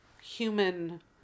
human